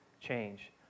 change